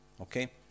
okay